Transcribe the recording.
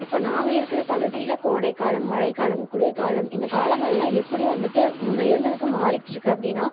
இப்போ நாங்கள் இருக்கிற பகுதியில கோடை காலம் மழை காலம் குளிர் காலம் இந்த காலங்கள்லாம் எப்படி வந்துவிட்டு முன்னே இருந்ததுக்கு மாறிக்கிட்டுருக்கு அப்படின்னா